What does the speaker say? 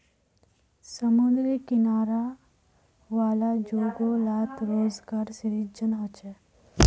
समुद्री किनारा वाला जोगो लात रोज़गार सृजन होचे